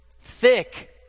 thick